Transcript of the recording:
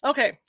Okay